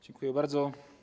Dziękuję bardzo.